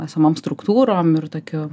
esamom struktūrom ir tokiu